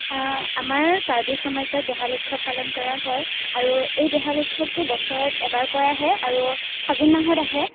আমাৰ কাৰ্বি সমাজত দেহাল উৎসৱ পালন কৰা হয় আৰু এই দেহাল উৎসৱটো বছৰত এবাৰকৈ আহে আৰু ফাগুণ মাহত আহে